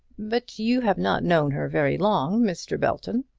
but you have not known her very long, mr. belton.